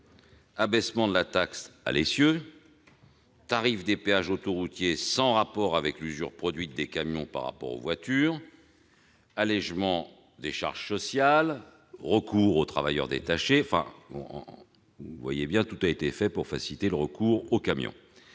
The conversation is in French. abaissement de la taxe à l'essieu, tarifs des péages autoroutiers sans rapport avec l'usure causée par la circulation des camions, allégement des charges sociales, recours aux travailleurs détachés ... On le voit bien, tout a été fait pour faciliter le recours aux camions.